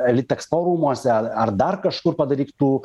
litexpo rūmuose ar dar kažkur padaryk tų